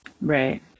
Right